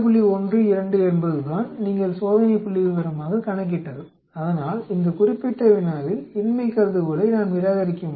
12 என்பதுதான் நீங்கள் சோதனை புள்ளிவிவரமாக கணக்கிட்டது அதனால் இந்த குறிப்பிட்ட வினாவில் இன்மை கருதுகோளை நாம் நிராகரிக்க முடியும்